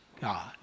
God